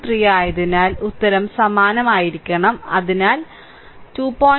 3 ആയതിനാൽ ഉത്തരം സമാനമായിരിക്കണം അതിനാൽ 2